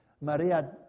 Maria